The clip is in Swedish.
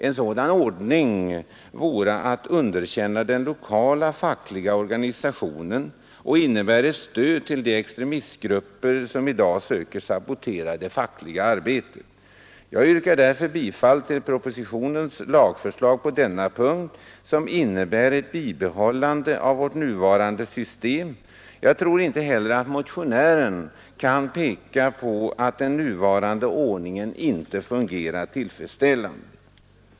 En sådan ordning vore att underkänna den lokala fackliga organisationen och skulle innebära ett stöd åt de extremistgrupper som i dag söker sabotera det fackliga arbetet. Jag yrkar därför bifall till propositionens lagförslag på denna punkt som innebär ett bibehållande av vårt nuvarande system. Jag tror inte heller att motionärerna kan peka på att den nuvarande ordningen inte fungerar tillfredsställande.